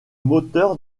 moteur